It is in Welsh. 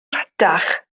rhatach